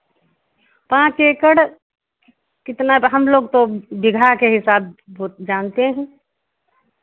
पाँच एकड़ कितना तो हम लोग तो बीघा के हिसाब बो जानते हैं